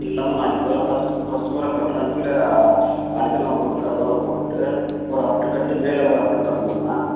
இல்லைம்மா நான் இப்போ தான் ஃபஸ்ட்டு ஃபஸ்ட்டு முறை கட்டுகிறேன் கீழே அடித்தளம் போட்டு கருகாலம் போட்டுவிட்டு ஒரு அப்ட்ரு கட்டி மேலே ஒரு அப்ட்ரு கட்டணுமா